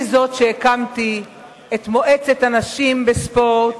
אני הקמתי את מועצת הנשים בספורט,